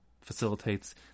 facilitates